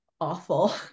awful